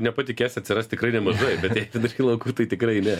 nepatikėsi atsiras tikrai nemažai bet jei vidury laukų tai tikrai ne